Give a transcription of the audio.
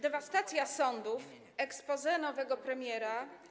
Dewastacja sądów, exposé nowego premiera.